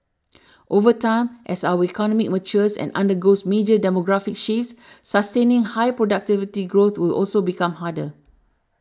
over time as our economy matures and undergoes major demographic shifts sustaining high productivity growth will also become harder